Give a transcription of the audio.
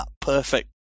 perfect